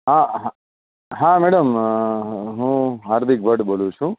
હા હા મેડમ હું હાર્દિક ભટ્ટ બોલું છું